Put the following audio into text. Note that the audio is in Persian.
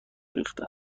ریختین